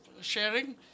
sharing